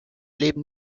leben